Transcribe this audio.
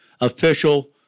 official